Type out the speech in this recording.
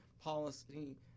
policy